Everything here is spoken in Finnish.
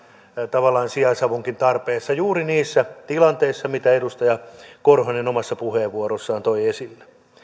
tavallaan sijaisavunkin tarpeessa juuri niissä tilanteissa joita edustaja korhonen omassa puheenvuorossaan toi esille